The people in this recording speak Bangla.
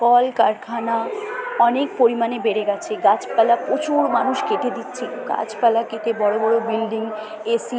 কলকারখানা অনেক পরিমাণে বেড়ে গেছে গাছপালা প্রচুর মানুষ কেটে দিচ্ছে গাছপালা কেটে বড়ো বড়ো বিল্ডিং এসি